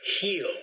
heal